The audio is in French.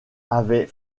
avait